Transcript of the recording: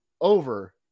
over